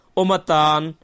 omatan